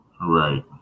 Right